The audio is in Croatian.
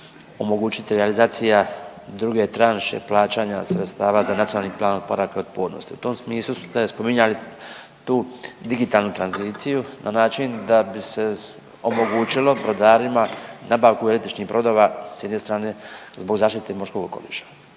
omogućiti realizacija druge tranše plaćanja sredstava za NPOO. U tom smislu ste spominjali tu digitalnu tranziciju na način da bi se omogućilo brodarima nabavku električnih brodova s jedne strane zbog zaštite morskog okoliša.